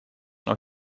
nog